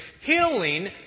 healing